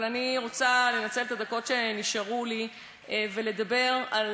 אבל אני רוצה לנצל את הדקות שנשארו לי ולדבר על